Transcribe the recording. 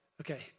Okay